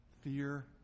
Fear